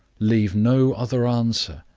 leave no other answer,